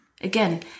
Again